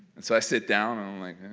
and so i sit down and i'm like,